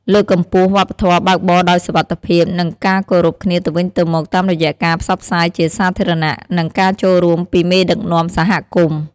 លើកកម្ពស់ វប្បធម៌បើកបរដោយសុវត្ថិភាព និងការគោរពគ្នាទៅវិញទៅមក តាមរយៈការផ្សព្វផ្សាយជាសាធារណៈ និងការចូលរួមពីមេដឹកនាំសហគមន៍។